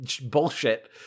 bullshit